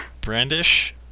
Brandish